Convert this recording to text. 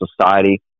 society